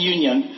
Union